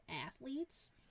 athletes